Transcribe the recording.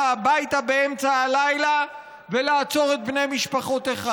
הביתה באמצע הלילה ולעצור את בני משפחתך,